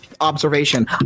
observation